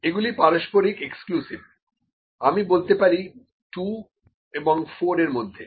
এগুলি পারস্পরিক এক্সক্লুসিভ আমি বলতে পারি 2 ও 4 এর মধ্যে